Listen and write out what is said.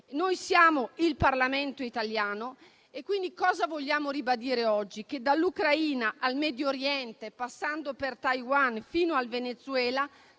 Noi siamo il Parlamento italiano e oggi vogliamo ribadire che dall'Ucraina al Medio Oriente, passando per Taiwan fino al Venezuela,